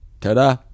Ta-da